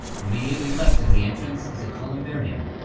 immediately left of the entrance is a columbarium